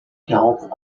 quarante